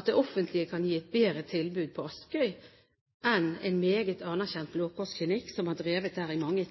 at det offentlige kan gi et bedre tilbud på Askøy enn den meget anerkjente Blå Kors Klinikk som har drevet der i mange